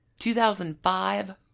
2005